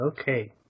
Okay